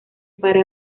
para